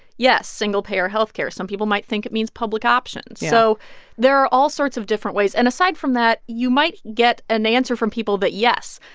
yes, single-payer health care. some people might think it means public option so there are all sorts of different ways. and aside from that, you might get an answer from people that, yes,